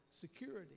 security